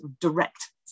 direct